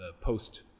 post